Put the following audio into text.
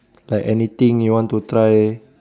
like anything you want to try